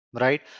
right